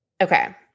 okay